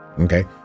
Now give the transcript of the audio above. Okay